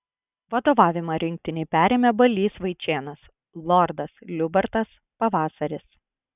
vadovavimą rinktinei perėmė balys vaičėnas lordas liubartas pavasaris